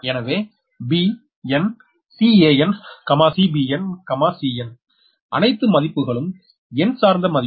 எனவே b n CanCbn Ccn அனைத்து மதிப்புகளும் எண் சார்ந்த மதிப்பு